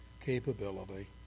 capability